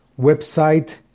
website